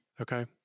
Okay